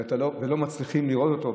ולא מצליחים לראות אותו.